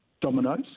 dominoes